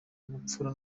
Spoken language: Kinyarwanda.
bupfura